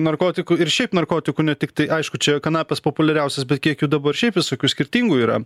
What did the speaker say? narkotikų ir šiaip narkotikų ne tiktai aišku čia kanapės populiariausias bet kiek jų dabar šiaip visokių skirtingų yra